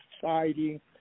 society